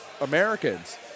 Americans